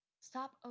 Stop